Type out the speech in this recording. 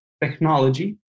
technology